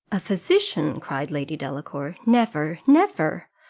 a physician! cried lady delacour, never never.